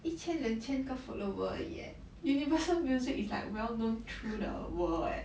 一千两千个 follower 而已 eh Universal Music is like well known through the world eh